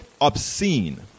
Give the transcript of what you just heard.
obscene